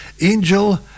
Angel